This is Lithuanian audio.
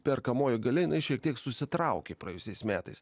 perkamoji galia jinai šiek tiek susitraukė praėjusiais metais